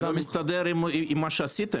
אבל זה לא מסתדר עם מה שעשיתם.